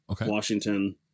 Washington